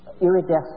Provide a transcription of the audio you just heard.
iridescent